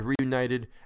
reunited